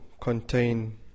contain